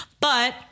But-